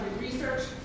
research